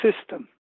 system